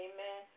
Amen